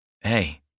Hey